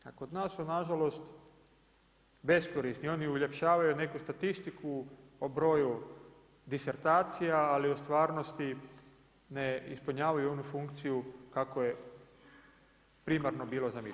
A kod nas su na žalost beskorisni, oni uljepšavaju neku statistiku o broju disertacija, ali u stvarnosti ne ispunjavaju onu funkciju kako je primarno bilo zamišljeno.